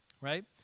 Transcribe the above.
Right